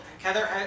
Heather